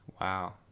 Wow